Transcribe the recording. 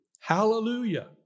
Hallelujah